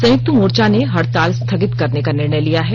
संयुक्त मोर्चा ने हड़ताल स्थगित करने का निर्णय लिया है